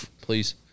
please